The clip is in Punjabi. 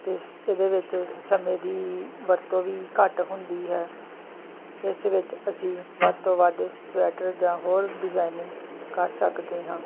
ਅਤੇ ਇਹਦੇ ਵਿੱਚ ਸਮੇਂ ਦੀ ਵਰਤੋਂ ਵੀ ਘੱਟ ਹੁੰਦੀ ਹੈ ਇਸ ਵਿੱਚ ਅਸੀਂ ਵੱਧ ਤੋਂ ਵੱਧ ਸਵੈਟਰ ਜਾਂ ਹੋਰ ਡਿਜਾਇਨਿੰਗ ਕਰ ਸਕਦੇ ਹਾਂ